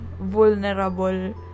vulnerable